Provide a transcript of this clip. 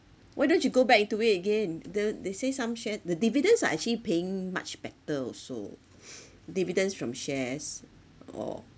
why don't you go back into it again the they say some share the dividends are actually paying much better also dividends from shares or